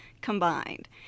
combined